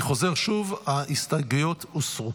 אני חוזר שוב: ההסתייגויות הוסרו.